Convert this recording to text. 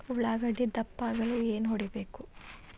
ಉಳ್ಳಾಗಡ್ಡೆ ದಪ್ಪ ಆಗಲು ಏನು ಹೊಡಿಬೇಕು?